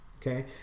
Okay